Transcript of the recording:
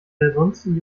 ansonsten